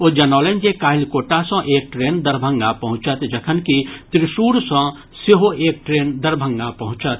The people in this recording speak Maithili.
ओ जनौलनि जे काल्हि कोटा सॅ एक ट्रेन दरभंगा पहुंचत जखनकि त्रिशुर सॅ सेहो एक ट्रेन दरभंगा पहुंचत